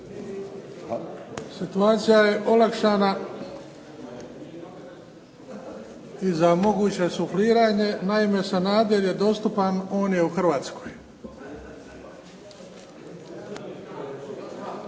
Situacija je olakšana i za moguće sufliranje. Naime, Sanader je dostupan on je u Hrvatskoj.